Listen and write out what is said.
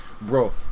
Bro